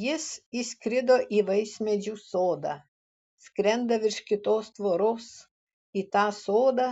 jis įskrido į vaismedžių sodą skrenda virš kitos tvoros į tą sodą